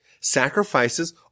Sacrifices